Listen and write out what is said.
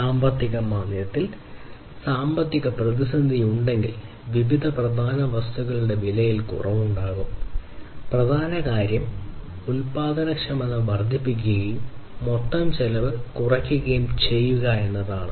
സാമ്പത്തിക മാന്ദ്യത്തിൽ സാമ്പത്തിക പ്രതിസന്ധിയുണ്ടെങ്കിൽ വിവിധ പ്രധാന വസ്തുക്കളുടെ വിലയിൽ കുറവുണ്ടാകും പ്രധാന കാര്യം ഉൽപാദനക്ഷമത വർദ്ധിപ്പിക്കുകയും മൊത്തം ചെലവ് കുറയ്ക്കുകയും ചെയ്യുക എന്നതാണ്